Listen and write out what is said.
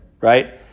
Right